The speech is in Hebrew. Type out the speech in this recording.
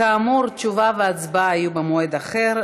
כאמור, תשובה והצבעה יהיו במועד אחר.